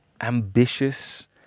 ambitious